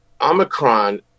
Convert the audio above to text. Omicron